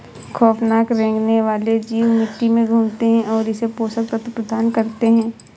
खौफनाक रेंगने वाले जीव मिट्टी में घूमते है और इसे पोषक तत्व प्रदान करते है